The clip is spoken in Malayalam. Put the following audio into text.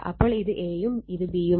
അപ്പോൾ ഇത് A യും ഇത് B യും ആണ്